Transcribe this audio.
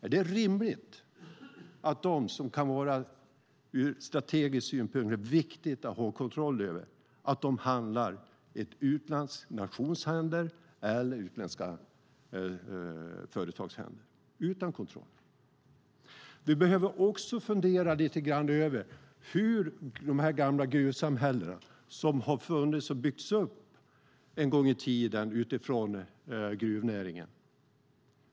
Är det rimligt att de resurser som ur strategisk synvinkel kan vara viktiga att ha kontroll över hamnar i andra nationers eller i utländska företags händer? Vi behöver också fundera lite grann över de gamla gruvsamhällena som har byggts upp en gång i tiden på grund av gruvnäringen.